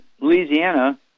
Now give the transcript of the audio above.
Louisiana